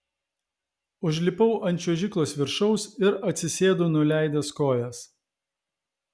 užlipau ant čiuožyklos viršaus ir atsisėdau nuleidęs kojas